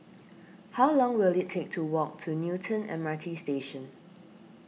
how long will it take to walk to Newton M R T Station